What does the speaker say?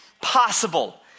possible